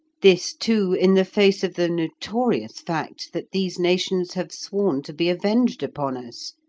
this, too, in the face of the notorious fact that these nations have sworn to be avenged upon us,